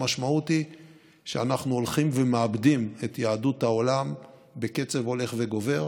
המשמעות היא שאנחנו הולכים ומאבדים את יהדות העולם בקצב הולך וגובר.